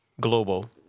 global